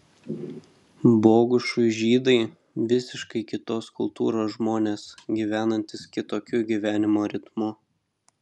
bogušui žydai visiškai kitos kultūros žmonės gyvenantys kitokiu gyvenimo ritmu